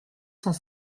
cent